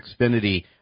Xfinity